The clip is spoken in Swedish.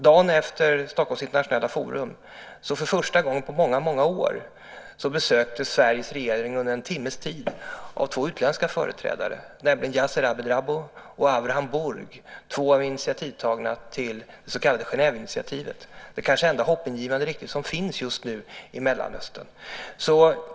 Dagen efter Stockholms Internationella Forum besöktes Sveriges regering för första gången på många år under en timmes tid av två utländska företrädare, nämligen Yasir Abed Rabbo och Avraham Burg, två av initiativtagarna till det så kallade Genèveinitiativet. Det är kanske den enda hoppingivande riktning som finns just nu i Mellanöstern.